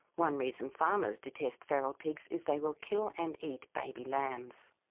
one reason farmers detest feral pigs is they will kill and eat baby lambs.